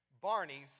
Barney's